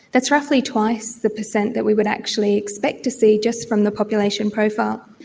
that's roughly twice the percent that we would actually expect to see just from the population profile.